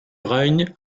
règnent